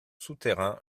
souterrain